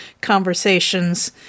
conversations